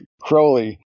Crowley